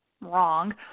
wrong